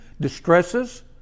distresses